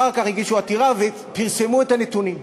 אחר כך הגישו עתירה ופרסמו את הנתונים.